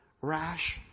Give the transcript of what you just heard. rash